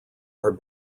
are